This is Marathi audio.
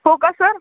हो का सर